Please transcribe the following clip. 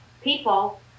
people